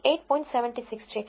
76 છે